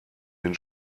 den